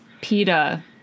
PETA